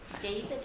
David